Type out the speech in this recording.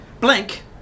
Blank